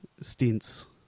stints